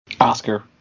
Oscar